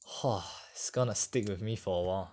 !wah! it's going to stick with me for awhile